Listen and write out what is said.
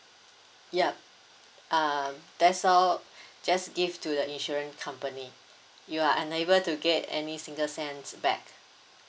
ya um that's all just give to the insurance company you are unable to get any single cents back